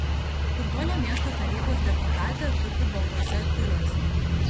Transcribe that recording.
turtuolė miesto tarybos deputatė tupi baltuose tiuliuose